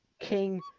King